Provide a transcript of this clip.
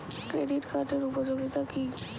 Credit কার্ডের উপযোগিতা কি?